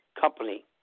company